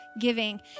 giving